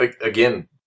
Again